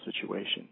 situation